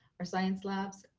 our science labs,